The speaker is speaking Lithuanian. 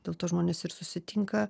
dėl to žmonės ir susitinka